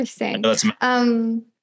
interesting